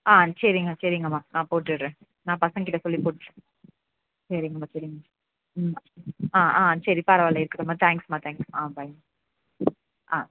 ஆ சரிங்க சரிங்கம்மா நான் போட்டுட்றேன் நான் பசங்க கிட்டே சொல்லி போட்டுட்றேன் சரிங்கம்மா சரிங்கம்மா ம் ஆ ஆ சரி பரவாயில்ல இருக்கட்டும்மா தேங்க்ஸ் மா தேங்க்ஸ் மா ஆ பாய் ஆ